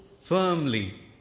firmly